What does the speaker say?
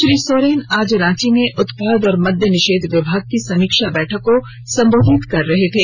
श्री सोरेन आज रांची में उत्पाद और मद्य निषेध विभाग की समीक्षा बैठक को संबोधित कर रहे थे